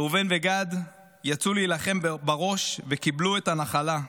ראובן וגד יצאו להילחם בראש וקיבלו את הנחלה.